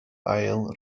ail